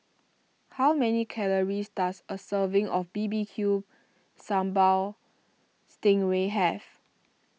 how many calories does a serving of B B Q Sambal Sting Ray have